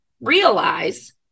realize